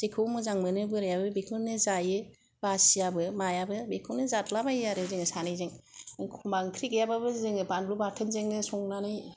जेखौ मोजां मोनो बोरायाबो बेखौनो जायो बासियाबो मायाबो बेखौनो जादलाबायो आरो जोङो सानैजों एखम्बा ओंख्रि गैयाबाबो जोङो बानलु बाथोनजोंनो संनानै